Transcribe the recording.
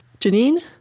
Janine